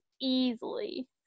easily